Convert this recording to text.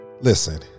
Listen